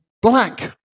black